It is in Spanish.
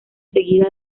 seguida